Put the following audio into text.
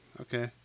Okay